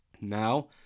Now